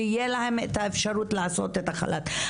יהיה להן האפשרות לעשות את החל"ת.